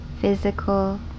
physical